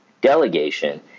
Delegation